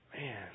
Man